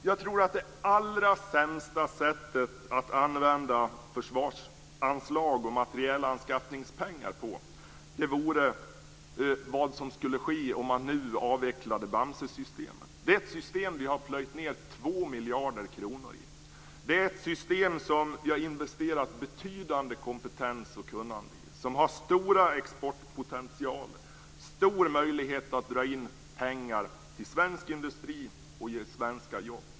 Fru talman! Det allra sämsta sättet att använda försvarsanslag och materielanskaffningspengar vore att nu avveckla Bamsesystemet. Det är ett system som vi nu har plöjt ned 2 miljarder kronor i. Det är ett system som vi har investerat betydande kompetens och kunnande i, som har stor exportpotential och stor möjlighet att dra in pengar till svensk industri och ge svenska jobb.